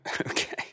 okay